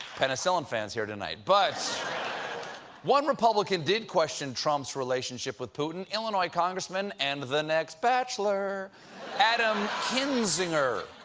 penicillin fans here tonight. but one republican did question trump's relationship with putin. illinois congressman and the next bachelor adam kinzinger.